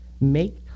make